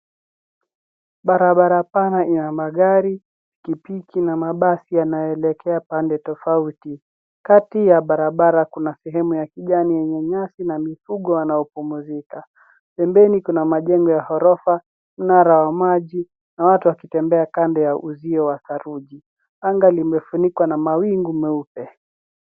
Barabara pana ina magari ,pikipiki na mabasi yanayoelekea pande tofauti. Kati ya barabara kuna sehemu ya kijani yenye nyasi na mifugo wanaopumzika. Pembeni kuna majengo wa ghorofa, mnara wa maji, na watu wakitembea kando ya uzio wa tharuji. Anga limefunikwa na mawingu meupe .